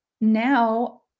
now